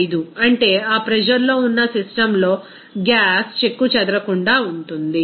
95 అంటే ఆ ప్రెజర్ లో ఉన్న సిస్టమ్లో గ్యాస్ చెక్కుచెదరకుండా ఉంటుంది